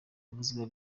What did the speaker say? yavuzweho